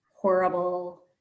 horrible